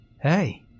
Hey